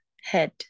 head